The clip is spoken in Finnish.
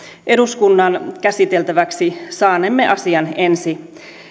eduskunnan käsiteltäväksi saanemme asian ensi